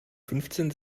fünfzehn